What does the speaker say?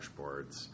dashboards